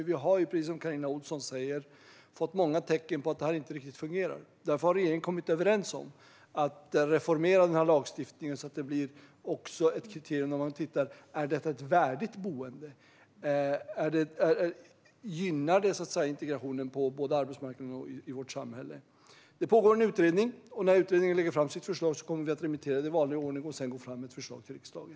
Vi har dock, precis som Carina Ohlsson säger, fått många tecken på att det här inte riktigt fungerar. Därför har regeringen kommit överens om att reformera lagstiftningen så att det blir ett kriterium när man tittar på ett boende att också titta på om det är värdigt och om det gynnar integrationen på arbetsmarknaden och i vårt samhälle. Det pågår en utredning, och när den lägger fram sitt förslag kommer vi att remittera det i vanlig ordning och sedan lägga fram ett förslag för riksdagen.